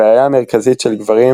הבעיה המרכזית של גברים,